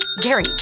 Gary